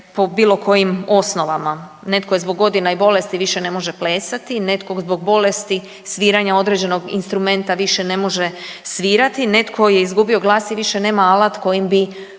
po bilo kojim osnovama. Netko je zbog godina i bolesti više ne može plesati, netko zbog bolesti sviranja određenog instrumenta više ne može svirati, netko je izgubio glas i više nema alat kojim bi,